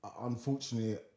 unfortunately